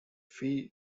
fee